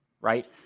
right